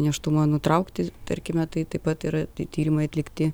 nėštumą nutraukti tarkime tai taip pat yra tyrimai atlikti